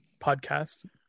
podcast